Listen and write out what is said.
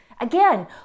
again